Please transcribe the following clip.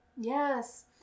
Yes